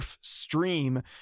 stream